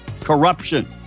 corruption